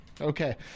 okay